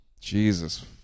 Jesus